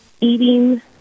eating